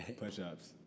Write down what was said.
Push-ups